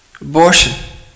abortion